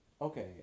Okay